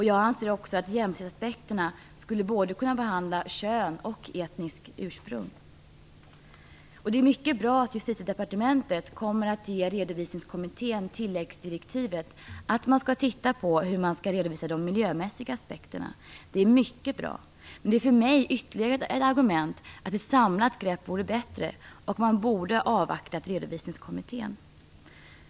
Jag anser att jämställdhetsaspekterna skulle kunna behandla både kön och etniskt ursprung. Det är mycket bra att Justitiedepartementet kommer att ge Redovisningskommittén tilläggsdirektivet att titta på hur man skall redovisa de miljömässiga aspekterna. Det är mycket bra. Men det är för mig ytterligare ett argument för att ett samlat grepp vore bättre. Man borde ha avvaktat Redovisningskommittén.